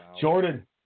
Jordan